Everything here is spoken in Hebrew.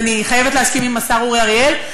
אני חייבת להסכים עם השר אורי אריאל?